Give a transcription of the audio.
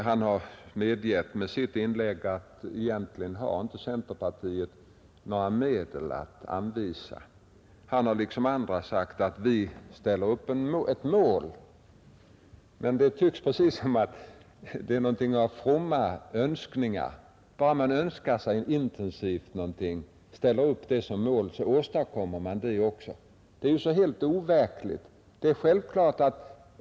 Herr Nilsson har genom sitt inlägg medgivit att centerpartiet egentligen inte har några medel att anvisa. Han har liksom andra sagt att centern ställer upp ett mål, men det tycks vara någonting av fromma önskningar. Bara man intensivt önskar sig någonting och ställer upp det som mål, så åstadkommer man det också! Detta är helt overkligt.